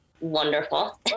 wonderful